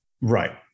Right